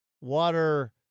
water